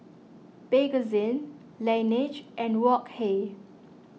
Bakerzin Laneige and Wok Hey